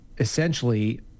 essentially